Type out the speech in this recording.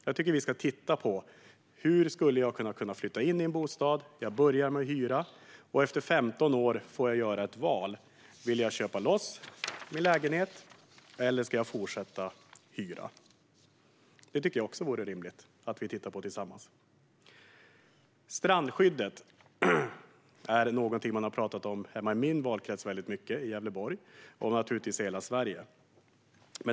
Jag tycker att vi ska titta på hur man skulle kunna flytta in i en bostad och börja med att hyra. Efter 15 år får man så göra ett val: Vill jag köpa loss min lägenhet, eller ska jag fortsätta hyra? Detta tycker jag vore rimligt att titta på tillsammans. Strandskyddet är någonting man har pratat om väldigt mycket i min valkrets i Gävleborg och även i övriga Sverige.